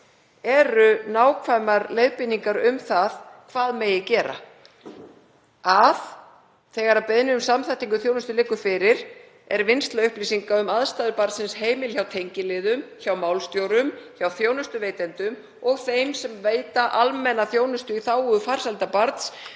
eru nákvæmar leiðbeiningar um hvað megi gera, að þegar beiðni um samþættingu þjónustu liggur fyrir er vinnsla upplýsinga um aðstæður barnsins heimil hjá tengiliðum, hjá málsstjórum, hjá þjónustuveitendum og þeim sem veita almenna þjónustu í þágu farsældar barns